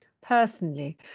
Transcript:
personally